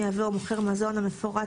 מייבא או מוכר מזון המפורט,